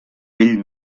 bell